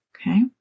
Okay